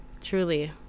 truly